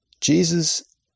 Jesus